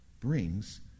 brings